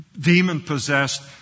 demon-possessed